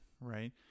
right